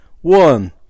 One